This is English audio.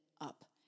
up